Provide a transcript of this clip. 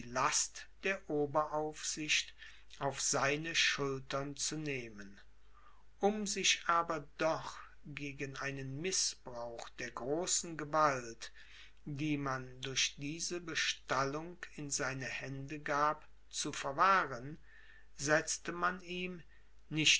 last der oberaufsicht auf seine schultern zu nehmen um sich aber doch gegen einen mißbrauch der großen gewalt die man durch diese bestallung in seine hände gab zu verwahren setzte man ihm nicht